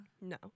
No